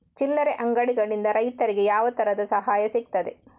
ಚಿಲ್ಲರೆ ಅಂಗಡಿಗಳಿಂದ ರೈತರಿಗೆ ಯಾವ ತರದ ಸಹಾಯ ಸಿಗ್ತದೆ?